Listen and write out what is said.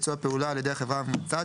בביצוע פעולה על ידי החברה המבצעת